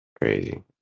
crazy